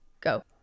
go